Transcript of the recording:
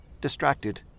distracted